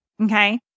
Okay